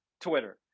Twitter